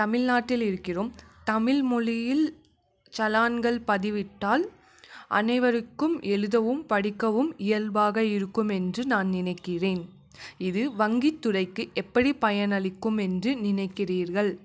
தமிழ்நாட்டில் இருக்கிறோம் தமிழ் மொழியில் செலான்கள் பதிவிட்டால் அனைவருக்கும் எழுதவும் படிக்கவும் இயல்பாக இருக்கும் என்று நான் நினைக்கிறேன் இது வங்கி துறைக்கி எப்படி பயனளிக்கும் என்று நினைக்கிறீர்கள்